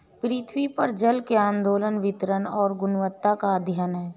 पृथ्वी पर जल के आंदोलन वितरण और गुणवत्ता का अध्ययन है